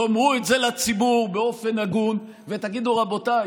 תאמרו את זה לציבור באופן הגון ותגידו: רבותיי,